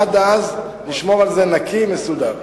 עד אז נשמור על זה נקי ומסודר.